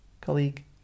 colleague